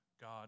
God